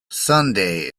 sunday